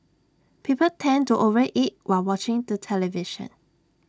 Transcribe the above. people tend to over eat while watching the television